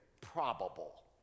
probable